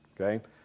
okay